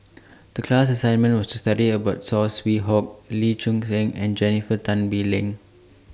The class assignment was to study about Saw Swee Hock Lee Choon Seng and Jennifer Tan Bee Leng